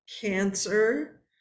cancer